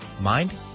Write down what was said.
mind